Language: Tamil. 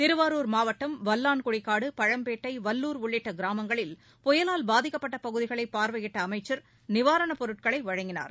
திருவாரூர் மாவட்டம் வல்லான்குடிக்காடு பழம்பேட்டை வல்லூர் உள்ளிட்ட கிராமங்களில் புயலால் பாதிக்கப்பட்ட பகுதிகளை பார்வையிட்ட அமைச்சர் நிவாரணப் பொருட்களை வழங்கினார்